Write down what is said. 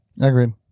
Agreed